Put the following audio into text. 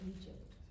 Egypt